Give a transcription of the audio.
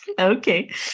Okay